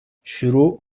شروع